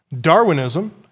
Darwinism